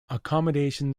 accommodation